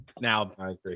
Now